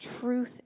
Truth